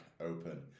open